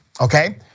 okay